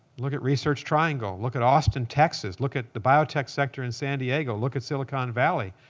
look at research triangle. look at austin, texas. look at the biotech sector in san diego. look at silicon valley.